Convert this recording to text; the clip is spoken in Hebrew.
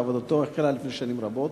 שעבודתו התחילה לפני שנים רבות.